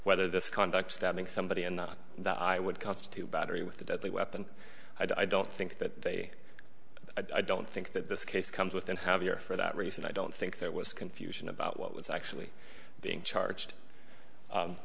whether this conduct stabbing somebody and not that i would constitute battery with a deadly weapon i don't think that they i don't think that this case comes with an have your for that reason i don't think there was confusion about what was actually being charged